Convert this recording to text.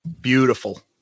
beautiful